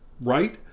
Right